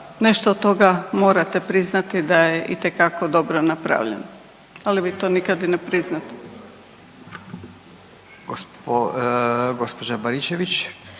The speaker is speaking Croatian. nešto od toga morate priznati da je itekako dobro napravljeno, ali vi to nikad i ne priznate. **Radin, Furio